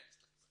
בבקשה.